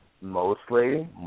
mostly